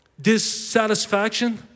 dissatisfaction